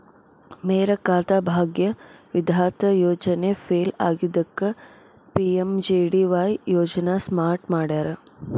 ಮೇರಾ ಖಾತಾ ಭಾಗ್ಯ ವಿಧಾತ ಯೋಜನೆ ಫೇಲ್ ಆಗಿದ್ದಕ್ಕ ಪಿ.ಎಂ.ಜೆ.ಡಿ.ವಾಯ್ ಯೋಜನಾ ಸ್ಟಾರ್ಟ್ ಮಾಡ್ಯಾರ